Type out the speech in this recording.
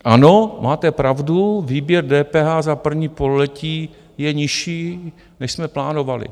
Ano, máte pravdu, výběr DPH za první pololetí je nižší, než jsme plánovali.